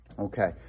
Okay